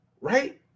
right